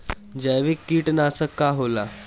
जैविक कीटनाशक का होला?